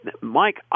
Mike